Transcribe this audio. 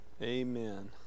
amen